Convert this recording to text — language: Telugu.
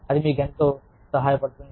అది మీకు ఎంతో సహాయపడుతుంది